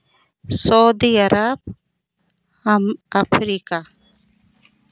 Saudi Arab अम Africa